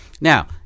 Now